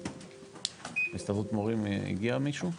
הסתדרות מורים הגיע מישהו?